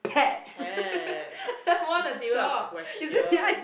has is this even a question